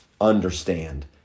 understand